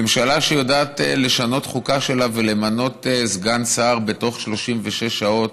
ממשלה שיודעת לשנות חוקה שלה ולמנות סגן שר בתוך 36 שעות,